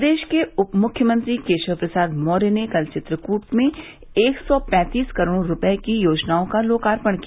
प्रदेश के उप मुख्यमंत्री केशव प्रसाद मौर्य ने कल चित्रकूट में एक सौ पैंतीस करोड़ रूपये की योजनाओं का लोकार्पण किया